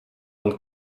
und